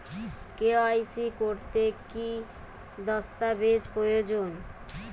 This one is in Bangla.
কে.ওয়াই.সি করতে কি দস্তাবেজ প্রয়োজন?